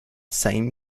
same